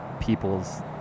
people's